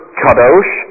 kadosh